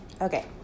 okay